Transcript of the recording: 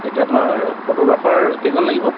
এতিয়া আপোনাৰ ফটোগ্ৰাফাৰ কেইজন লাগিব